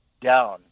down